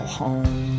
home